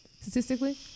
statistically